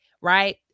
right